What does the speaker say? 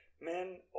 Men